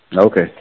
Okay